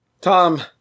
Tom